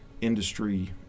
industry